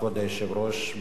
כבוד היושב-ראש,